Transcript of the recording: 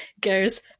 goes